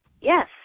Yes